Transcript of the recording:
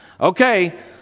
Okay